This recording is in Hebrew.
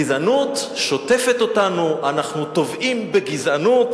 גזענות שוטפת אותנו, אנחנו טובעים בגזענות,